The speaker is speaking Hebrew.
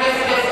הבנתי.